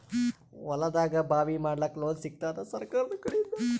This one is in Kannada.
ಹೊಲದಾಗಬಾವಿ ಮಾಡಲಾಕ ಲೋನ್ ಸಿಗತ್ತಾದ ಸರ್ಕಾರಕಡಿಂದ?